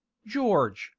george.